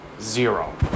Zero